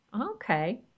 okay